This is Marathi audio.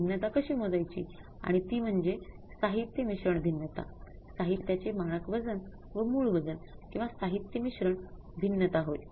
प्रमाण वजन किंवा साहित्य मिश्रण भिन्नता होय